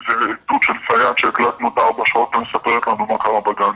זה עדות של סייעת שהקלטנו אותה מספרת לנו מה היה בגן,